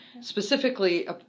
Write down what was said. Specifically